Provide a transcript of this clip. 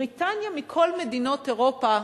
בריטניה, מכל מדינות אירופה,